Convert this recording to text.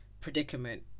predicament